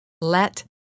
Let